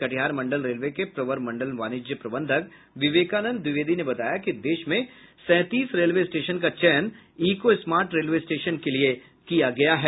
कटिहार मंडल रेलवे के प्रवर मंडल वाणिज्य प्रबंधक विवेकानंद द्विवेदी ने बताया कि देश में सैंतीस रेलवे स्टेशन का चयन इको स्मार्ट रेलवे स्टेशन के लिये चयन किया गया है